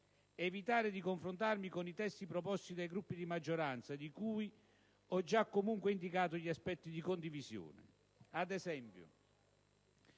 evitare di confrontarmi con i testi proposti dai Gruppi di maggioranza, di cui ho già comunque indicato gli aspetti di condivisione. Ad esempio,